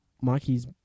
Mikey's